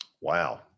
Wow